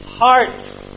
heart